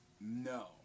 No